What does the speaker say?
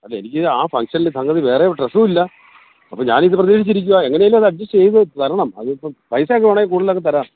അല്ല എനിക്ക് ആ ഫങ്ങ്ഷനില് സംഗതി വേറെ ഡ്രെസ്സും ഇല്ല അപ്പം ഞാനിത് പ്രതീക്ഷിച്ചിരിക്കുവാ എങ്ങനെയെങ്കിലും അത് അഡ്ജസ്റ്റ് ചെത് തരണം അതിപ്പോൾ പൈസ ഒക്കെ വേണമെങ്കിൽ കൂടുതൽ അങ്ങ് തരാം